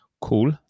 cool